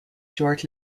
short